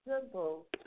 simple